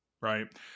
right